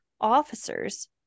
officers